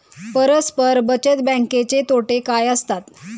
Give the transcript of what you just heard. परस्पर बचत बँकेचे तोटे काय असतात?